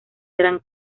gran